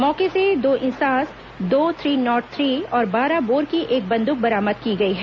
मौके से दो इंसास दो थ्री नॉट थ्री और बारह बोर की एक बंदूक बरामद की गई है